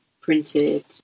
printed